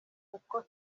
kuko